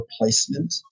replacement